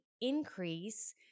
increase